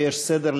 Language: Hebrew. ויש סדר,